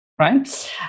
right